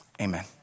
Amen